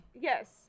Yes